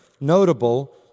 notable